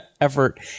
effort